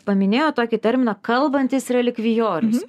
paminėjot tokį terminą kalbantis relikvijorius